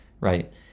Right